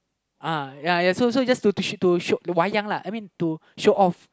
uh ya ya so so it's just to to teach you to show why wayang lah I mean to show off